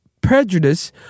prejudice